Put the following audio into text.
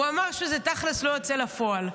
הוא אמר שזה תכלס לא יוצא לפועל.